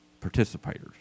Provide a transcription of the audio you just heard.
participators